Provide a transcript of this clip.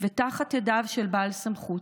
תחת ידיו של בעל סמכות,